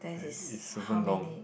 that is how many